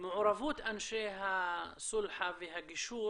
מעורבות אנשי הסולחה והגישור